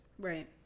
right